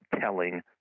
telling